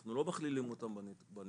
אנחנו לא מכלילים אותם בנתונים,